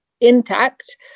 intact